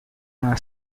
una